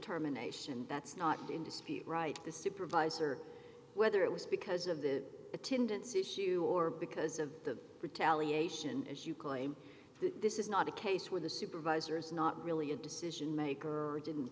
terminations that's not in dispute right the supervisor whether it was because of the attendance issue or because of the retaliation as you claim this is not a case where the supervisor is not really a decision maker or didn't